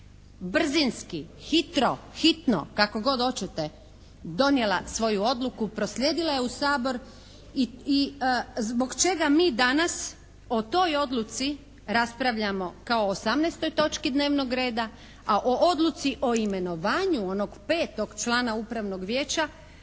brzinski, hitro, hitno, kako god hoćete donijela svoju odluku, proslijedila je u Sabor i zbog čega mi danas o toj odluci raspravljamo kao 18. točki dnevnog reda, a o odluci o imenovanju onog petog člana Upravnog vijeća